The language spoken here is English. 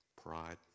Pride